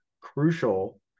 crucial